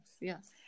yes